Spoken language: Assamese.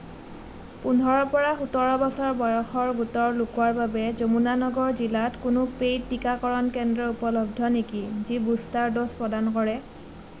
পোন্ধৰৰ পৰা সোতৰ বছৰ বয়সৰ গোটৰ লোকৰ বাবে যমুনানগৰ জিলাত কোনো পেইড টিকাকৰণ কেন্দ্ৰ উপলব্ধ নেকি যি বুষ্টাৰ ড'জ প্ৰদান কৰে